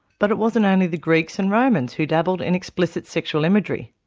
but it wasn't only the greeks and romans who dabbled in explicit sexual imagery.